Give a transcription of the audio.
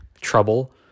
trouble